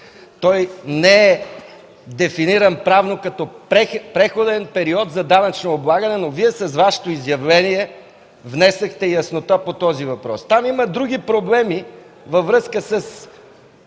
Той не е дефиниран правно като преходен период за данъчно облагане, но Вие с Вашето изявление внесохте яснота по този въпрос. Там има други проблеми във връзка с